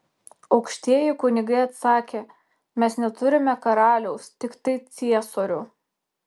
aukštieji kunigai atsakė mes neturime karaliaus tiktai ciesorių